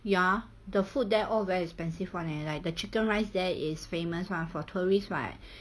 ya the food there all very expensive [one] leh like the chicken rice there is famous [one] for tourists [what]